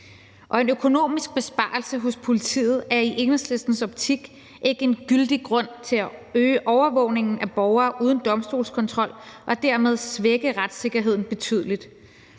En økonomisk besparelse hos politiet er i Enhedslistens optik ikke en gyldig grund til at øge overvågningen af borgere uden domstolskontrol og dermed svække retssikkerheden betydeligt.